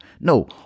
No